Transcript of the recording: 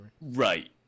Right